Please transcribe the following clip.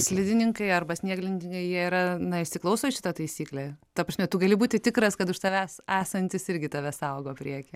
slidininkai arba snieglentininkai na jie įsiklauso šitą taisyklę ta prasme tu gali būti tikras kad už tavęs esantis irgi tave saugo priekyje